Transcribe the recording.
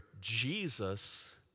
Jesus